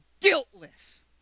Guiltless